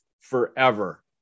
forever